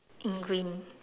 in green